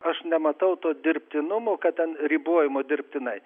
aš nematau to dirbtinumo kad ten ribojimų dirbtinai